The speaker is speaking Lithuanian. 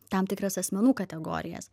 tam tikras asmenų kategorijas